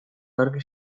aurki